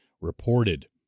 reported